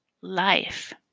life